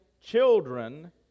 children